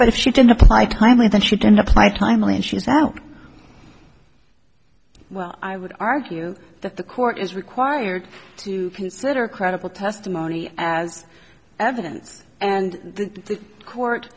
but if she didn't apply timely then she didn't apply timely and she's now well i would argue that the court is required to consider credible testimony as evidence and the court